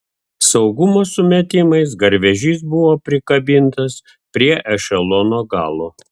saugumo sumetimais garvežys buvo prikabintas prie ešelono galo